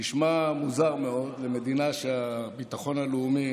נשמע מוזר מאוד למדינה שהביטחון הלאומי